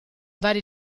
vari